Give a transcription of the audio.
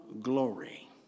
glory